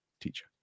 teacher